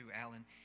Alan